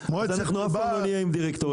אז אנחנו אף פעם לא נהיה עם דירקטוריון.